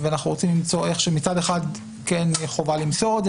ואנחנו רוצים למצוא איך שמצד אחד כן תהיה חובה למסור את זה,